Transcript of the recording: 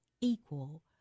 equal